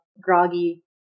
groggy